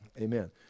amen